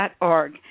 org